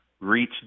reach